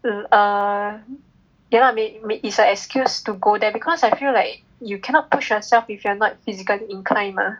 err cannot may~ may~ is an excuse to go there because I feel like you cannot push yourself if you are not physically inclined mah